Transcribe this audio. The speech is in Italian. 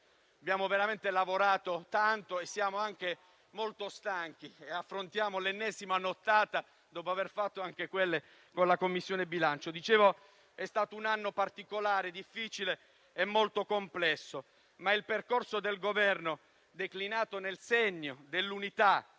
abbiamo veramente lavorato tanto, siamo anche molto stanchi e affrontiamo l'ennesima nottata dopo le sedute notturne della Commissione bilancio. È stato un anno particolare, difficile e molto complesso, ma il percorso del Governo, declinato nel segno dell'unità,